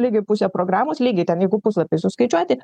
lygiai pusė programos lygiai ten jeigu puslapiais suskaičiuoti